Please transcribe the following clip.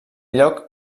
lloc